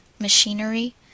machinery